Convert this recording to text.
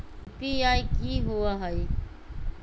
UPI कि होअ हई?